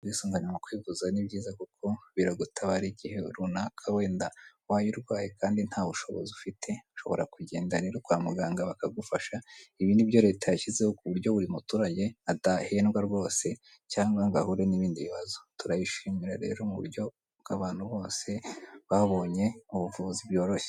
Ubwisungane mu kwivuza ni byiza kuko biragutabara igihe runaka wenda ubaye urwaye kandi ntabushobozi ufite, ushobora kugenda rero kwa muganga bakagufasha ibi nibyo leta yashyizeho ku buryo buri muturage atahendwa rwose cyangwa ngo ahure n'ibindi bibazo. Turabishimira rero mu buryo bw'abantu bose babonye ubuvuzi byoroshye.